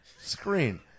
screen